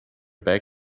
bag